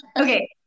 Okay